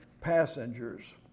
passengers